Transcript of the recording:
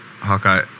Hawkeye